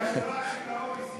של ה-OECD.